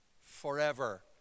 forever